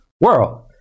world